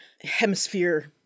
hemisphere